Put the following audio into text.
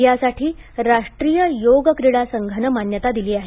यासाठी राष्ट्रीय योग क्रीडा संघाने मान्यता दिली आहे